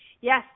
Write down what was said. Yes